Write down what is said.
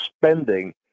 spending